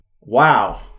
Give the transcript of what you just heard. wow